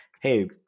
Hey